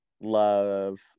love